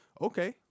okay